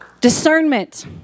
Discernment